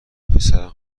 پسرم